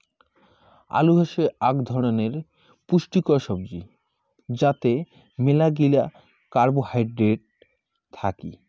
আলু হসে আক ধরণের পুষ্টিকর সবজি যাতে মেলাগিলা কার্বোহাইড্রেট থাকি